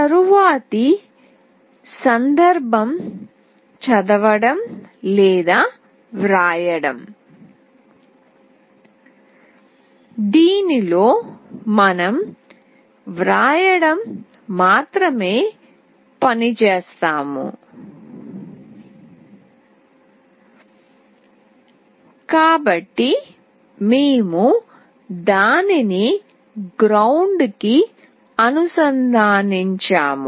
తరువాతి సందర్భం చదవడం వ్రాయడం దీనిలో మనం వ్రాయడం మాత్రమే పనిచేస్తాము కాబట్టి మేము దానిని గ్రౌండ్ కి అనుసంధానించాము